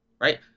right